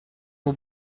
who